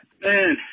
Man